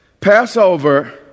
Passover